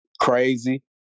crazy